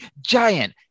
giant